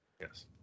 yes